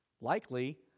Likely